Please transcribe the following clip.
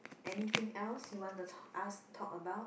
anything else you wanna ta~ ask talk about